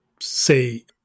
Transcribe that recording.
say